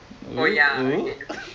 oh oh